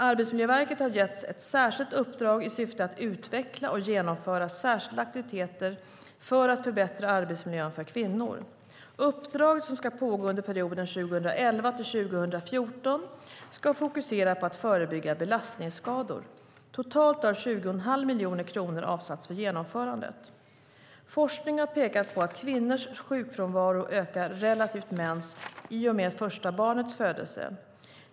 Arbetsmiljöverket har getts ett särskilt uppdrag i syfte att utveckla och genomföra särskilda aktiviteter för att förbättra arbetsmiljön för kvinnor. Uppdraget, som ska pågå under perioden 2011-2014, ska fokusera på att förebygga belastningsskador. Totalt har 20,5 miljoner kronor avsatts för genomförandet. Forskning har pekat på att kvinnors sjukfrånvaro ökar relativt mäns i och med första barnets födelse.